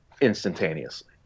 instantaneously